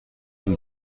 dil